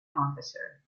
officer